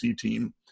team